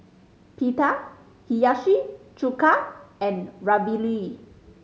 Pita Hiyashi Chuka and Ravioli